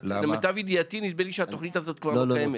למיטב ידיעתי נדמה לי שהתוכנית הזאת כבר לא קיימת.